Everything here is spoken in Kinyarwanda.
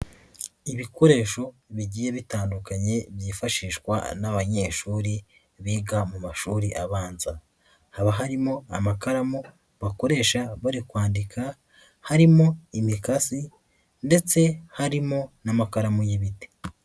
Ibikoresho bigiye bitandukanye byifashishwa n'abanyeshuri biga mu mashuri abanza, haba harimo amakaramu bakoresha bari kwandika, harimo imikasi, ndetse harimo n'amakaramu y'ibindi.